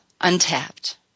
untapped